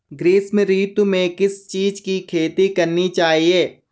ग्रीष्म ऋतु में किस चीज़ की खेती करनी चाहिये?